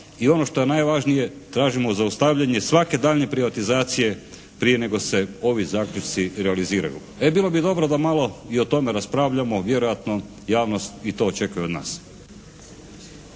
I ono što je najvažnije tražimo zaustavljanje svake daljnje privatizacije prije nego se ovi zaključci realiziraju. E bilo bi dobro da malo i o tome raspravljamo. Vjerojatno javnost i to očekuje od nas.